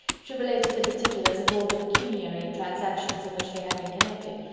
she related the particulars of all the pecuniary transactions in which they had been connected,